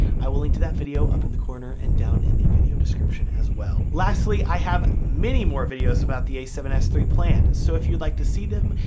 i will link to that video up in the corner and down in the video description as well. lastly, i have many more videos about the a seven s iii planned, so if you'd like to see them,